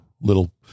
little